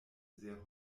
sehr